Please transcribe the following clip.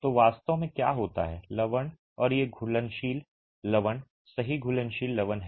तो वास्तव में क्या होता है लवण और ये घुलनशील लवण सही घुलनशील लवण हैं